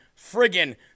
friggin